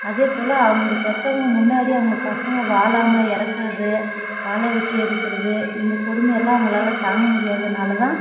அதேப் போல் அந்த பெற்றவங்க முன்னாடி அவங்க பசங்க வாழாமல் இறக்குறது வாழா வெட்டியாக இருக்கிறது இந்தக் கொடுமையெல்லாம் அவங்களால தாங்க முடியாததுனால தான்